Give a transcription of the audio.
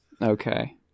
Okay